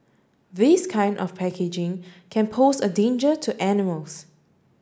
this kind of packaging can pose a danger to animals